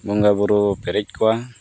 ᱵᱚᱸᱜᱟ ᱵᱳᱨᱳ ᱯᱮᱨᱮᱡ ᱠᱚᱜᱼᱟ